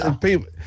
People